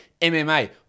MMA